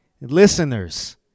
listeners